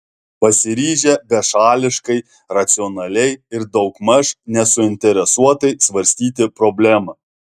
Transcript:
pasiryžę bešališkai racionaliai ir daugmaž nesuinteresuotai svarstyti problemą